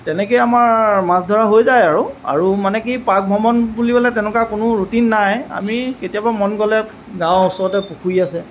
তেনেকেই আমাৰ মাছ ধৰা হৈ যায় আৰু আৰু মানে কি পাৰ্ক ভ্ৰমণ বুলিবলৈ তেনেকুৱা কোনো ৰুটিন নাই আমি কেতিয়াবা মন গ'লে যাওঁ ওচৰতে পুখুৰী আছে